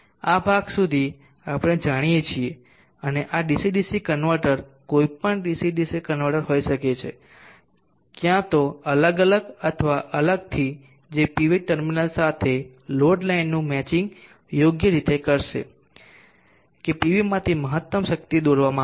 આ ભાગ સુધી આપણે જાણીએ છીએ અને આ ડીસી ડીસી કન્વર્ટર કોઈપણ ડીસી ડીસી કન્વર્ટર હોઈ શકે છે ક્યાં તો અલગ અલગ અથવા અલગથી જે પીવી ટર્મિનલ્સ સાથે લોડ લાઇનનું મેચિંગ યોગ્ય રીતે કરશે કે પીવી માંથી મહત્તમ શક્તિ દોરવામાં આવે